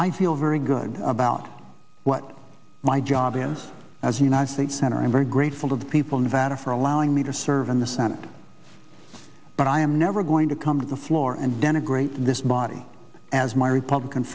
i feel very good about what my job is as a united states center i am very grateful to the people nevada for allowing me to serve in the senate but i am never going to come to the floor and denigrate this body as my republican